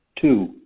Two